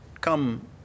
come